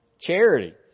charity